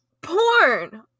porn